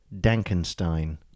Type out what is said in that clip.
Dankenstein